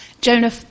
Jonah